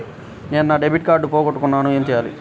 నేను నా debit card పోగొట్టుకున్నాను ఏమి చేయాలి?